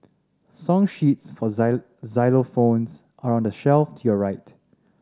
song sheets for xylophones are on the shelf to your right